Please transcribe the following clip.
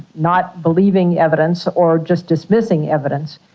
not believing evidence or just dismissing evidence.